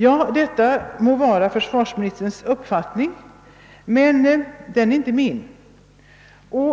Ja, detta må vara försvarsministerns uppfattning, men den är inte min.